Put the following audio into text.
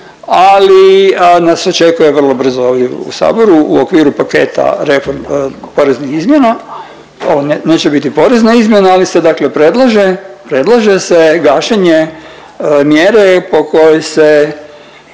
ali nas očekuje vrlo brzo ovdje u saboru u okviru paketa refor… poreznih izmjena. Ovo neće biti porezna izmjena, ali se dakle predlaže. Predlaže se gašenje mjere po kojoj se,